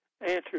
answer